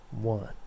one